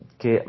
che